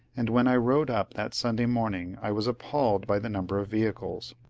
and when i rode up that sunday morning i was appalled by the number of vehicles.